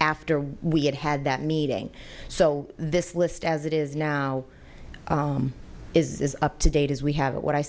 after we had had that meeting so this list as it is now is up to date as we have it what i